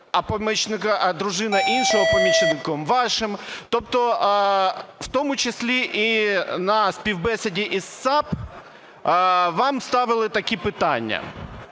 а дружина іншого – помічником вашим. Тобто в тому числі і на співбесіді із САП вам ставили такі питання,